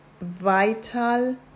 vital